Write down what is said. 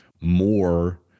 more